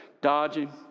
dodging